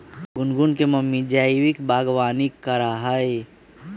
गुनगुन के मम्मी जैविक बागवानी करा हई